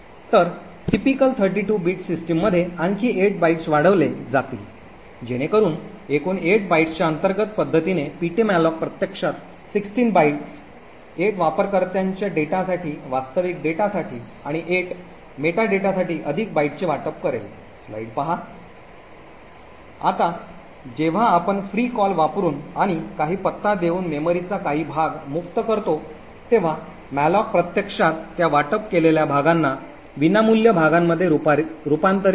तर typical 32 bit सिस्टीममध्ये आणखी 8 बाइट्स वाढवले जातील जेणेकरून एकूण 8 बाइट्सच्या अंतर्गत पद्धतीने ptmalloc प्रत्यक्षात 16 बाइट्स 8 वापरकर्त्याच्या डेटासाठी वास्तविक डेटासाठी आणि 8 मेटा डेटासाठी अधिक बाइटचे वाटप करेल आता जेव्हा आपण फ्री कॉल वापरुन आणि काही पत्ता देऊन मेमरीचा काही भाग मुक्त करतो तेव्हा malloc प्रत्यक्षात त्या वाटप केलेल्या भागांना विनामूल्य भागांमध्ये रूपांतरित करते